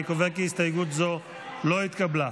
אני קובע כי הסתייגות זו לא התקבלה.